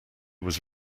was